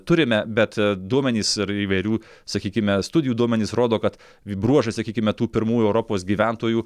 turime bet duomenys ir įvairių sakykime studijų duomenys rodo kad bruožai sakykime tų pirmųjų europos gyventojų